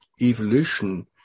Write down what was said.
evolution